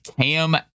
Cam